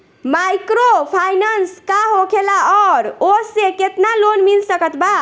Microfinance का होखेला और ओसे केतना लोन मिल सकत बा?